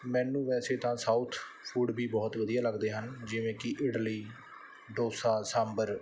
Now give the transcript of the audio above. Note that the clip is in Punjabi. ਮੈਨੂੰ ਵੈਸੇ ਤਾਂ ਸਾਊਥ ਫੂਡ ਵੀ ਬਹੁਤ ਵਧੀਆ ਲੱਗਦੇ ਹਨ ਜਿਵੇਂ ਕਿ ਇਡਲੀ ਡੋਸਾ ਸਾਂਭਰ